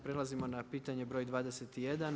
Prelazimo na pitanje broj 21.